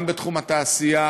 גם בתחום התעשייה,